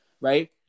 right